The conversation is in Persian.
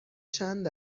چند